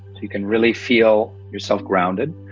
you can really feel yourself grounded.